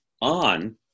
on